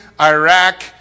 Iraq